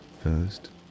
First